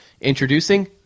Introducing